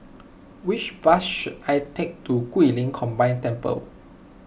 which bus should I take to Guilin Combined Temple